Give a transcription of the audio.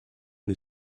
des